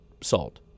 salt